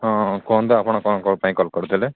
ହଁ କୁହନ୍ତୁ ଆପଣ କ'ଣ କ'ଣ ପାଇଁ କଲ୍ କରିଥିଲେ